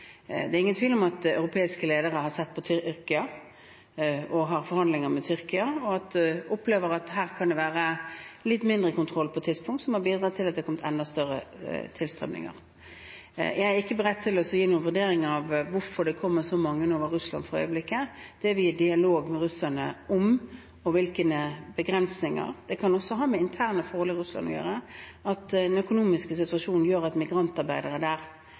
Det er ingen tvil om at europeiske ledere som har sett på Tyrkia, og har hatt forhandlinger med Tyrkia, opplever at her kan det ha vært litt mindre kontroll på tidspunkt som har bidratt til at det har kommet enda større tilstrømninger. Jeg er ikke beredt til å gi noen vurdering av hvorfor det kommer så mange fra Russland for øyeblikket. Det er vi i dialog med russerne om – når det gjelder hvilke begrensninger. Det kan ha med interne forhold i Russland å gjøre, at den økonomiske situasjonen gjør at migrantarbeidere der